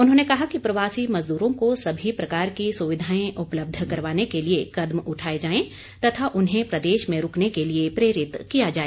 उन्होंने कहा कि प्रवासी मजदूरों को सभी प्रकार की सुविधाएं उपलब्ध करवाने के लिए कदम उठाए जायें तथा उन्हें प्रदेश में रूकने के लिए प्रेरित किया जाए